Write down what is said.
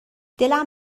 دلم